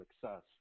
success